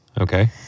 Okay